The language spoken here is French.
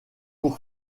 pour